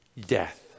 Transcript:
death